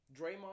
Draymond